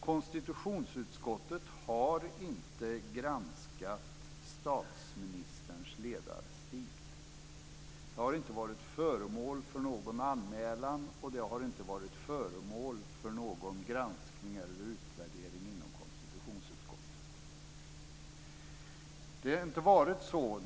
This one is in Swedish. Konstitutionsutskottet har inte granskat statsministerns ledarstil. Den har inte varit föremål för någon anmälan eller granskning och utvärdering inom konstitutionsutskottet. Fru talman!